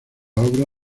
obra